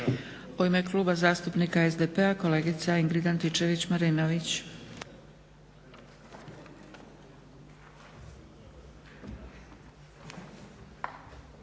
U ime Kluba zastupnika SDP-a kolegica Ingrid Antičević-Marinović.